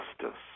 justice